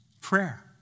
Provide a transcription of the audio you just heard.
prayer